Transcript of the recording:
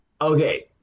Okay